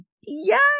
Yes